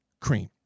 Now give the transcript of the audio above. cream